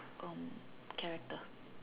um character